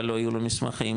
אבל היו לו מסמכים,